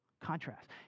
contrast